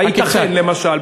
הייתכן, למשל.